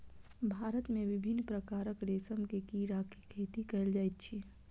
भारत मे विभिन्न प्रकारक रेशम के कीड़ा के खेती कयल जाइत अछि